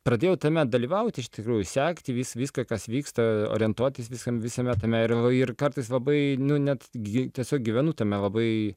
pradėjau tame dalyvauti iš tikrųjų sekti vis viską kas vyksta orientuotis visam visame tame ir jau ir kartais labai nu net gi tiesiog gyvenu tame labai